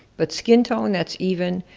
but skin tone that's even,